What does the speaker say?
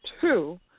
two